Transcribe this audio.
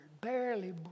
barely